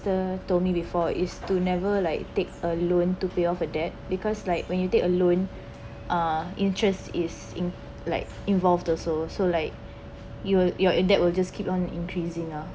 told me before is to never like take a loan to pay off the debt because like when you take a loan uh interest is in like involved also so like you're you're in debt will just keep on increasing ah